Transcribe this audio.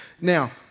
Now